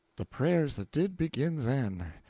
the prayers that did begin then,